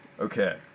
Okay